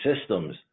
systems